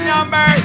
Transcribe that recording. Number